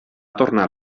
tornar